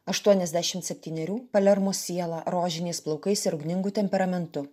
aštuoniasdešim septynerių palermo siela rožiniais plaukais ir ugningu temperamentu